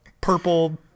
purple